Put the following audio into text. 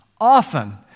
often